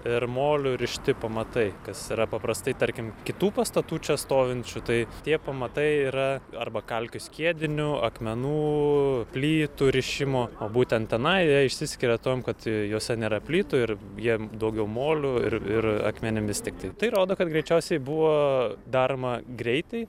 ir moliu rišti pamatai kas yra paprastai tarkim kitų pastatų čia stovinčių tai tie pamatai yra arba kalkių skiediniu akmenų plytų rišimo o būtent tenai jie išsiskiria tuo kad juose nėra plytų ir jiem daugiau moliu ir ir akmenimis tiktai tai rodo kad greičiausiai buvo daroma greitai